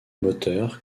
moteurs